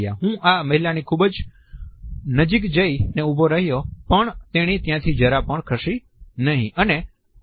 હું આ મહિલાની ખુબ નજીક જઈને ઉભો રહ્યો પણ તેણી ત્યાંથી જરા પણ ખસી નહિ